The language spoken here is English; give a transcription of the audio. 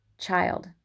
Child